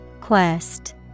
Quest